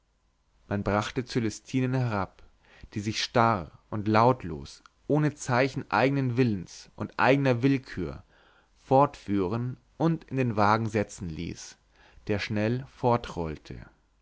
man brachte cölestinen herab die sich starr und lautlos ohne zeichen eignen willens und eigner willkür fortführen und in den wagen setzen ließ der schnell fortrollte